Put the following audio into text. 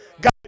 God